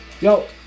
yo